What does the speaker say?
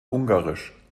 ungarisch